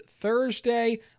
Thursday